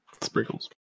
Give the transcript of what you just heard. Sprinkles